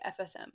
FSM